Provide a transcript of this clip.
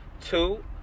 Two